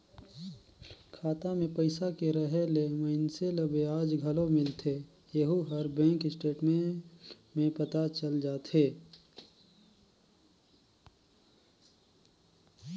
खाता मे पइसा के रहें ले मइनसे ल बियाज घलो मिलथें येहू हर बेंक स्टेटमेंट में पता चल जाथे